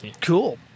cool